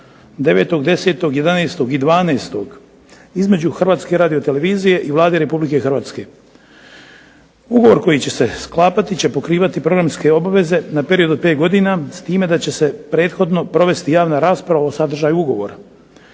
9., 10., 11. i 12. između Hrvatske radiotelevizije i Vlade Republike Hrvatske. Ugovor koji će se sklapati će pokrivati programske obveze na period od pet godina s time da će se prethodno provesti javna rasprava o sadržaju ugovora.